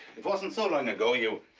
it wasn't so long ago, you